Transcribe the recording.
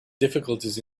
difficulties